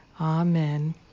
Amen